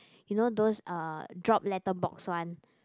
you know those drop letter box one